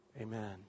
amen